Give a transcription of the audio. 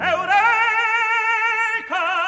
Eureka